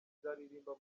izaririmba